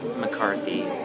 McCarthy